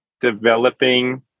developing